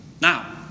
Now